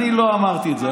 אני לא אמרתי את זה.